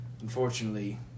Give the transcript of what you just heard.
Unfortunately